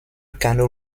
canot